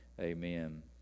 amen